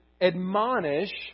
admonish